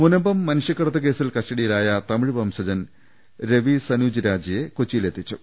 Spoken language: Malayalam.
മുനമ്പം മനുഷൃക്കടത്തു കേസിൽ കസ്റ്റഡിയിലായ തമിഴ് വംശജൻ രവി സനൂപ് രാജയെ കൊച്ചിയിലെത്തിച്ചു